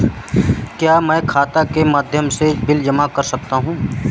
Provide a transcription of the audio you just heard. क्या मैं खाता के माध्यम से बिल जमा कर सकता हूँ?